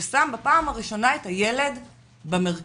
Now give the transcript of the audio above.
הוא שם בפעם הראשונה את הילד במרכז.